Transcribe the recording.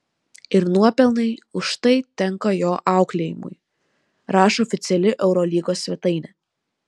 ir nuopelnai už tai tenka jo auklėjimui rašo oficiali eurolygos svetainė